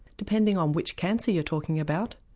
depending on which cancer you're talking about,